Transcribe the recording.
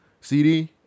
CD